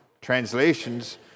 translations